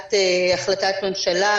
הצעת החלטת ממשלה,